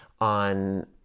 on